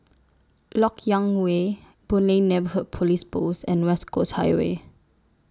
Lok Yang Way Boon Lay Neighbourhood Police Post and West Coast Highway